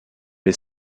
les